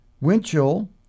Winchell